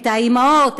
את האימהות,